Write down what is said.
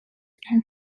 and